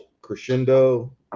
Crescendo